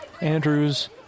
Andrews